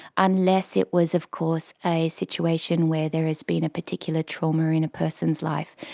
unless it was of course a situation where there has been a particular trauma in a person's life,